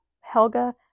Helga